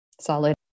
solid